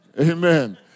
Amen